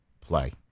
play